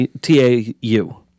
T-A-U